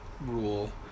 rule